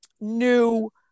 new